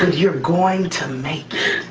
you're going to make